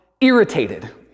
irritated